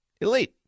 Elite